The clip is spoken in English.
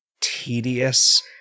tedious